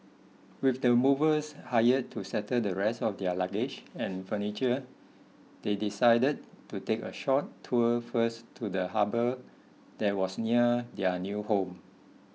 with the movers hired to settle the rest of their luggage and furniture they decided to take a short tour first to the harbour that was near their new home